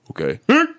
Okay